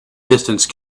distance